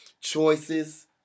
choices